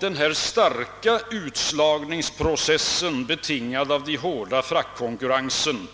Den starka utslagningsprocessen, betingad av den hårda fraktkonkurrensen,